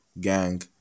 Gang